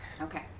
Okay